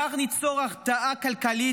כך ניצור הרתעה כלכלית,